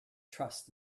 trust